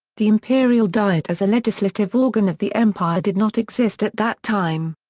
the imperial diet as a legislative organ of the empire did not exist at that time.